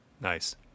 Nice